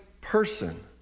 person